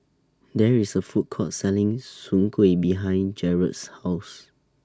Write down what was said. There IS A Food Court Selling Soon Kuih behind Jaret's House